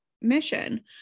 mission